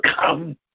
come